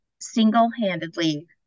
single-handedly